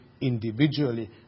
individually